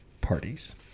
parties